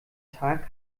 tag